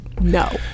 no